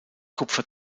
kupfer